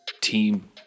team